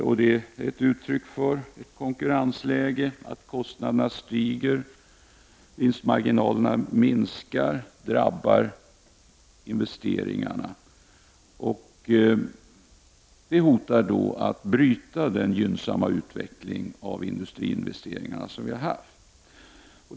I ett mer utsatt konkurrensläge stiger kostnaderna samtidigt som vinstmarginalerna minskar, vilket drabbar investeringarna. Detta hotar att bryta den gynnsamma utveckling som vi har haft beträffande industriinvesteringarna.